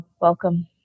welcome